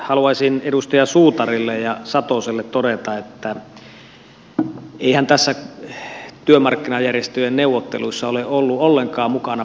haluaisin edustaja suutarille ja satoselle todeta että eiväthän pienyrittäjät näissä työmarkkinajärjestöjen neuvotteluissa ole olleet ollenkaan mukana